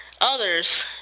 others